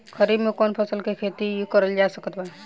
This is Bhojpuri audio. खरीफ मे कौन कौन फसल के खेती करल जा सकत बा?